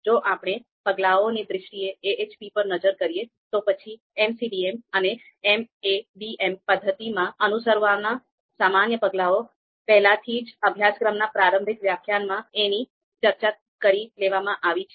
જો આપણે પગલાઓની દ્રષ્ટિએ AHP પર નજર કરીએ તો પછી MCDM અને MADM પદ્ધતિમાં અનુસરવાના સામાન્ય પગલાઓ પહેલાથી જ અભ્યાસક્રમના પ્રારંભિક વ્યાખ્યાનમાં એની ચર્ચ કરી લેવામાં આવી છે